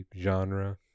Genre